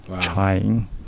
trying